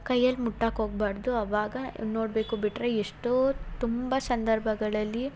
ಕೈಯಲ್ಲಿ ಮುಟ್ಟಕ್ಕೆ ಹೋಗ್ಬಾರ್ದು ಆವಾಗ ನೋಡಬೇಕು ಬಿಟ್ಟರೆ ಎಷ್ಟೋ ತುಂಬ ಸಂದರ್ಭಗಳಲ್ಲಿ